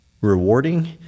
rewarding